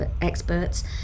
experts